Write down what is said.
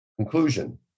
Conclusion